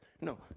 No